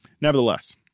nevertheless